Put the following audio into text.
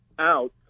out